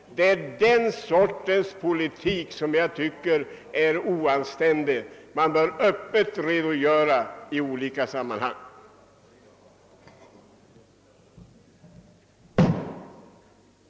Det är den sortens politik jag tycker är oanständig. Man bör öppet redogöra för sina ståndpunktstaganden.